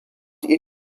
ihr